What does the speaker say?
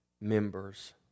members